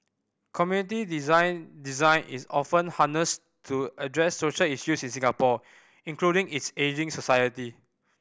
community design Design is often harnessed to address social issues in Singapore including its ageing society